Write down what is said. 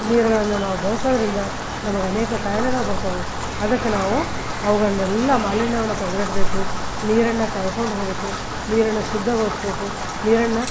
ನೀರುಗಳನ್ನ ನಾವು ಬಳಸೋದರಿಂದ ನಮಗೆ ಅನೇಕ ಕಾಯಿಲೆಗಳು ಬರ್ತವೆ ಅದಕ್ಕೆ ನಾವು ಅವುಗಳನ್ನೆಲ್ಲ ಮಾಲಿನ್ಯವನ್ನು ತಡೆಗಟ್ಟಬೇಕು ನೀರನ್ನು ಕಾಯ್ಕೊಂಡು ಹೋಗಬೇಕು ನೀರನ್ನು ಶುದ್ಧಗೊಳ್ಸ್ಬೇಕು ನೀರನ್ನು